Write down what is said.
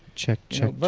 check, check, but